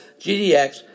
GDX